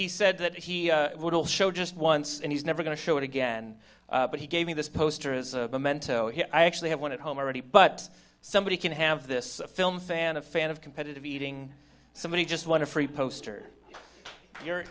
he said that he will show just once and he's never going to show it again but he gave me this poster is a mentos i actually have one at home already but somebody can have this film fan a fan of competitive eating somebody just won a free poster you're